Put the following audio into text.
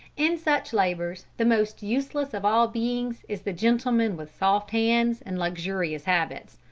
in such labors, the most useless of all beings is the gentleman with soft hands and luxurious habits.